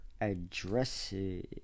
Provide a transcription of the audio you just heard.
addresses